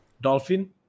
Dolphin